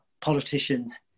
politicians